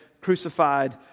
crucified